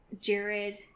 Jared